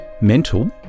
mental